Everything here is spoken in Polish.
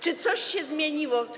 Czy coś się zmieniło?